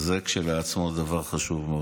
זה כשלעצמו דבר חשוב.